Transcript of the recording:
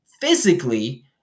physically